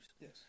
yes